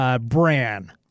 Bran